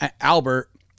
Albert